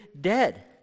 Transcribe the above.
dead